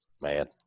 man